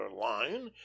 line